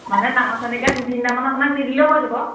মানে ডাঙৰ চন্দিকা দুই তিনিটামান আপোনাক দি দিলেও হৈ যাব